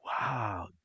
Wow